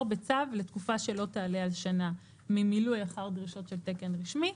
בצו לתקופה שלא תעלה על שנה ממילוי אחר דרישות של תקן רשמי.